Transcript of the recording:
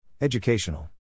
Educational